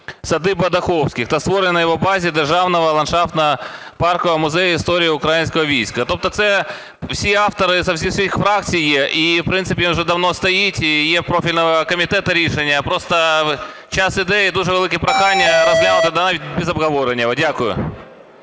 "Садиба Даховських" та створення на його базі державного ландшафтно-паркового музею Історії Українського Війська. Тобто це всі автори зі всіх фракцій є, і, в принципі, він уже давно стоїть, і є профільного комітету рішення. Просто час йде, і дуже велике прохання розглянути навіть без обговорення його. Дякую.